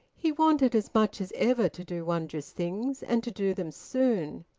he wanted as much as ever to do wondrous things, and to do them soon,